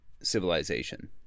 civilization